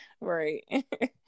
Right